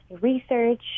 research